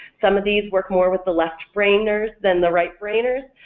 some of these work more with the left brainers than the right-brainers,